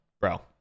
bro